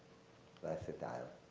versatile,